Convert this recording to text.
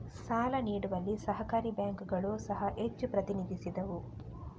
ಸಾಲ ನೀಡುವಲ್ಲಿ ಸಹಕಾರಿ ಬ್ಯಾಂಕುಗಳು ಸಹ ಹೆಚ್ಚು ಪ್ರತಿನಿಧಿಸಿದವು